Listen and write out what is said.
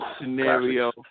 scenario